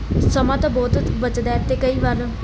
ਸਮਾਂ ਤਾਂ ਬਹੁਤ ਬਚਦਾ ਅਤੇ ਕਈ ਵਾਰ